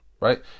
Right